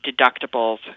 deductibles